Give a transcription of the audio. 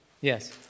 Yes